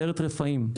סיירת רפאים,